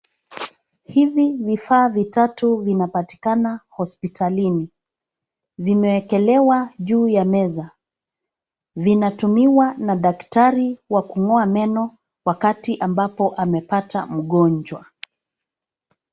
Hivi vifaa vitatu vinapatikana hospitalini. Vimewekelewa juu ya meza. Vinatumiwa na daktari wa kung'oa meno wakati ambapo amepata mgonjwa.